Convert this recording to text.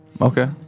okay